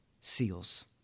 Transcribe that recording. seals